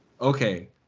Okay